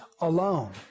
alone